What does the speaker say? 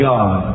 God